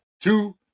two